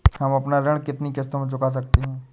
हम अपना ऋण कितनी किश्तों में चुका सकते हैं?